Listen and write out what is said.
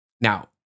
Now